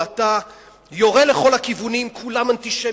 ואתה יורה לכל הכיוונים: כולם אנטישמים,